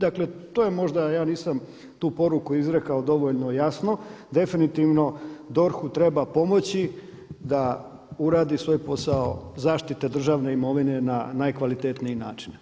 Dakle to je možda, ja nisam tu poruku izrekao dovoljno jasno, definitivno DORH-u treba pomoći da uradi svoj posao zaštite državne imovine na najkvalitetniji način.